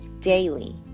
daily